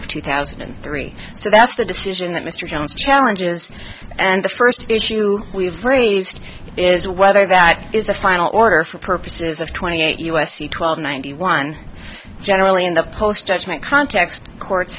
of two thousand and three so that's the decision that mr jones challenges and the first issue really is whether that is the final order for purposes of twenty eight u s c twelve ninety one generally in the post judgement context courts